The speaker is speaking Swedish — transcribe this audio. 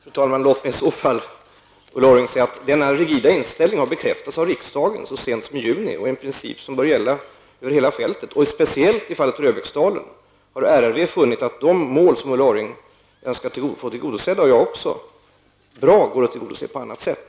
Fru talman! Låt mig i så fall säga, Ulla Orring, att denna rigida inställning så sent som i juni har bekräftats av rikdagen. Det är en princip som omfatta hela fältet. I fallet Röbäcksdalen har RRV funnit att de mål som Ulla Orring och också jag önskar se uppfyllda går bra att tillgodose på annat sätt.